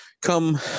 come